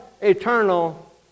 eternal